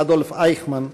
אדולף אייכמן,